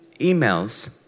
emails